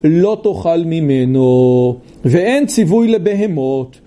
לא תאכל ממנו ואין ציווי לבהמות